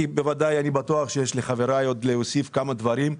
כי אני בטוח שיש לחבריי להוסיף עוד כמה דברים.